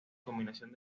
combinación